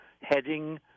heading